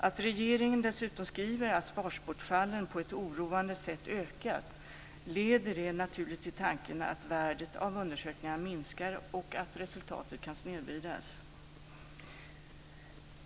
När regeringen dessutom skriver att svarsbortfallen på ett oroande sätt ökar leder det naturligtvis till tanken att värdet av undersökningarna minskar och att resultatet kan snedvridas.